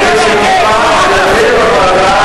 הגנה על חיילי צה"ל,